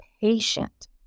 patient